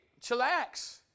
chillax